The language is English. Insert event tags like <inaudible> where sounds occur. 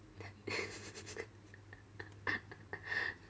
<laughs>